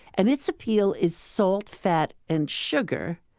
and its appeal is salt, fat and sugar.